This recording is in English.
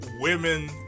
Women